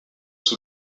sous